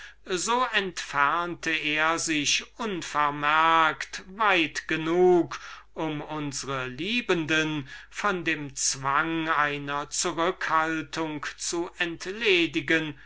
so entfernte er sich unvermerkt weit genug um unsre liebenden von dem zwang einer zurückhaltung zu entledigen